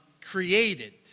created